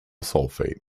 sulfate